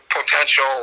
potential